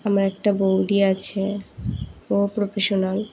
আমার একটা বৌদি আছে ও প্রফেশনাল